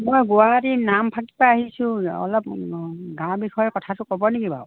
মই গুৱাহাটীৰ নামফাকেৰপৰা আহিছোঁ অলপ গাঁৱৰ বিষয়ে কথাটো ক'ব নেকি বাাৰু